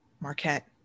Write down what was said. Marquette